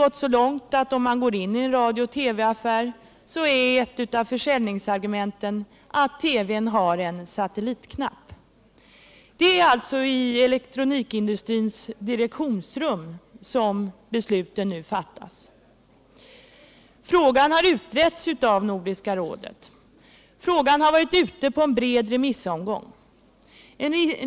gått så långt att ett av försäljningsargumenten i radiooch TV affärer är att TV:n har en satellitknapp. Det är alltså i elektronikindustrins direktionsrum som besluten nu fattas. Frågan har utretts av Nordiska rådet. Frågan har också varit ute på en bred remiss.